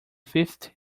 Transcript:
fifth